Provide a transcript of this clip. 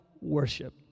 worship